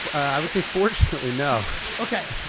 i would say fortunately, no. okay,